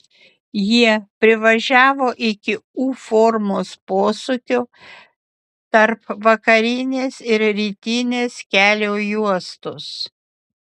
jie privažiavo iki u formos posūkio tarp vakarinės ir rytinės kelio juostos